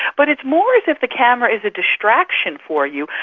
but it's more as if the camera is a distraction for you.